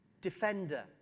defender